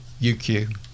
UQ